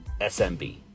SMB